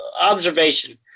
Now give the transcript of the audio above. observation